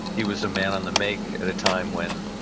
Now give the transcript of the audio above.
he was a man on the make at a time when,